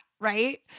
right